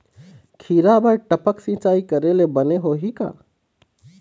खिरा बर टपक सिचाई करे ले बने होही का?